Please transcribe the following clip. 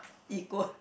equal